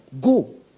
go